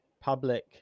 public